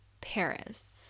Paris